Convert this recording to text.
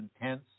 intense